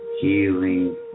healing